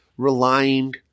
relying